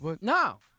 No